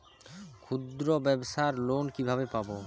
ক্ষুদ্রব্যাবসার লোন কিভাবে পাব?